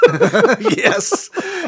Yes